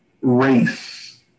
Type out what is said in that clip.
race